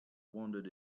wondered